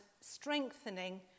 strengthening